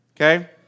okay